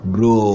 Bro